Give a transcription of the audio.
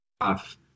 off